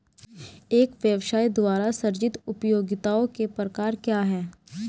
एक व्यवसाय द्वारा सृजित उपयोगिताओं के प्रकार क्या हैं?